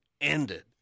ended